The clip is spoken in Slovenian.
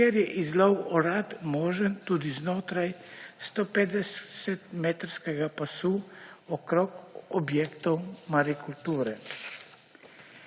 kjer je izlov orad možen tudi znotraj 150-metrskega pasu okrog objektov marikulture.